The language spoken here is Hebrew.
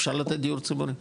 אפשר לתת דיור ציבורי.